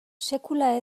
sekula